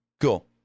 Cool